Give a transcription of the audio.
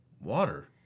Water